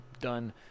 done